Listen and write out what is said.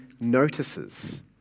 notices